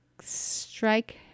strike